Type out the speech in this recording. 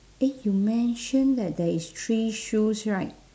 eh you mention that there is three shoes right